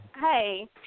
Hey